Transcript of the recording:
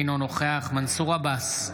אינו נוכח מנסור עבאס,